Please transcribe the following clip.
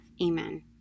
Amen